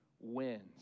wins